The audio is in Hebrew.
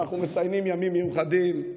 אנחנו מציינים ימים מיוחדים,